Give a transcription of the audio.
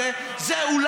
ואני